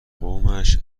قومش